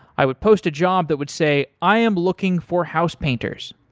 i would post a job that would say, i am looking for house painters.